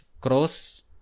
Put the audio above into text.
Cross